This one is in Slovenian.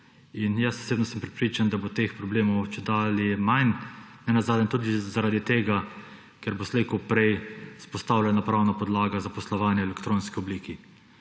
Osebno sem prepričan, da bo teh problemov čedalje manj, nenazadnje tudi zaradi tega, ker bo slej ko prej vzpostavljena pravna podlaga za poslovanje v elektronski obliki.